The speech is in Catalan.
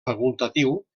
facultatiu